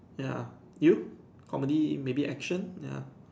ya you comedy maybe action ya